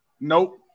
Nope